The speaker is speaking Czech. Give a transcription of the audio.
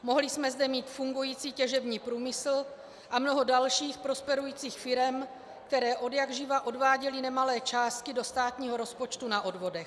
Mohli jsme zde mít fungující těžební průmysl a mnoho dalších prosperujících firem, které odjakživa odváděly nemalé částky do státního rozpočtu na odvodech.